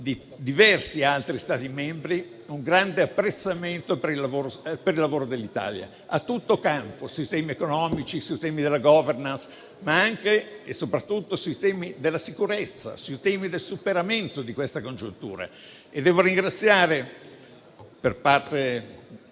diversi altri Stati membri un grande apprezzamento per il lavoro dell'Italia, a tutto campo, sui temi economici, sui temi della *governance*, ma anche e soprattutto sui temi della sicurezza e del superamento di questa congiuntura. Devo ringraziare, per parte del